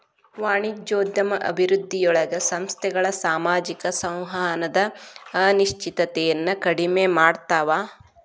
ವಾಣಿಜ್ಯೋದ್ಯಮ ಅಭಿವೃದ್ಧಿಯೊಳಗ ಸಂಸ್ಥೆಗಳ ಸಾಮಾಜಿಕ ಸಂವಹನದ ಅನಿಶ್ಚಿತತೆಯನ್ನ ಕಡಿಮೆ ಮಾಡ್ತವಾ